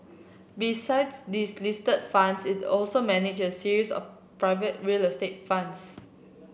besides these listed funds it also manages a series of private real estate funds